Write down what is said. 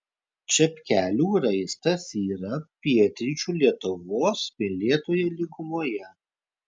čepkelių raistas yra pietryčių lietuvos smėlėtoje lygumoje